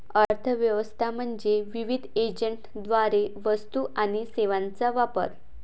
अर्थ व्यवस्था म्हणजे विविध एजंटद्वारे वस्तू आणि सेवांचा वापर